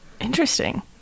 Interesting